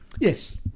yes